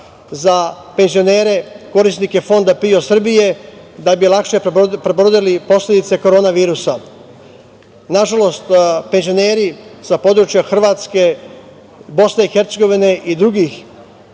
za penzionere korisnike Fonda PIO Srbije da bi lakše prebrodili posledice korona virusa. Nažalost, penzioneri sa područja Hrvatske, BiH i drugih